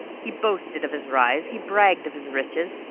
he boasted of his rise, he bragged of his riches,